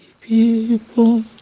people